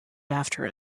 after